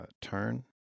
turn